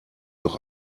doch